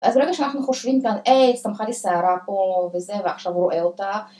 ‫אז ברגע שאנחנו חושבים כאן, ‫היי, צמחה לי שערה פה, וזה, ‫ועכשיו הוא רואה אותה.